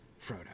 Frodo